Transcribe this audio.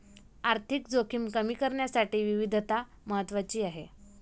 आर्थिक जोखीम कमी करण्यासाठी विविधता महत्वाची आहे